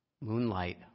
Moonlight